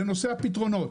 לנושא הפתרונות,